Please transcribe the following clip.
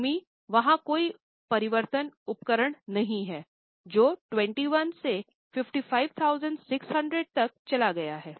भूमि वहाँ कोई परिवर्तन उपकरण नहीं है जो 21 से 55600 तक चला गया है